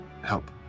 help